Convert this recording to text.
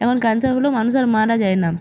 এখন ক্যানসার হলেও মানুষ আর মারা যায় না